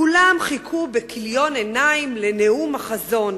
כולם חיכו בכיליון עיניים לנאום החזון.